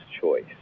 choice